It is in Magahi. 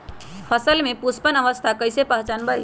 फसल में पुष्पन अवस्था कईसे पहचान बई?